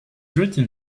written